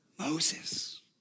Moses